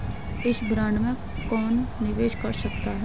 इस बॉन्ड में कौन निवेश कर सकता है?